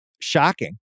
shocking